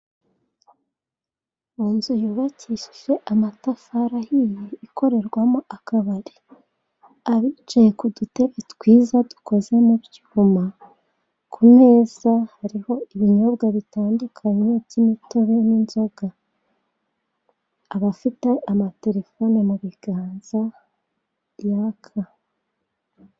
Inzu yubakishije amatafari ahiye ikorerwamo akabari. Abicaye ku dutebe twiza dukoze mu byuma, ku meza hariho ibinyobwa bitandukanye by'imitobe n'inzoga. Abafite amatelefone mu biganza yaka.